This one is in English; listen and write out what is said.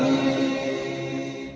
the